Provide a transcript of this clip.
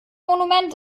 monument